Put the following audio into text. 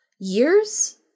Years